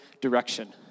direction